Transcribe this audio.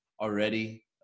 already